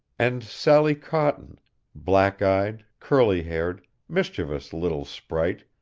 and sallie cotton black-eyed, curly-haired, mischievous little sprite,